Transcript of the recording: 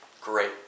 great